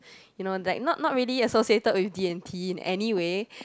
you know like not not really associated with D and T anyway